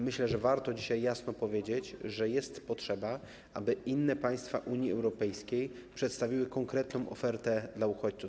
Myślę, że warto dzisiaj jasno powiedzieć, że jest potrzeba, aby inne państwa Unii Europejskiej przedstawiły konkretną ofertę dla uchodźców.